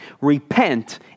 Repent